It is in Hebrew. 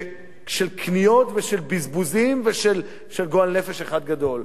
של קניות ושל בזבוזים ושל גועל נפש אחד גדול.